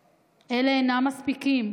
מספיקים: